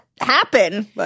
happen